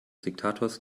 diktators